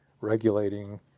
regulating